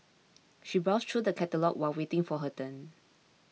she browsed through the catalogues while waiting for her turn